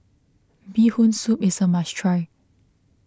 Bee Hoon Soup is a must try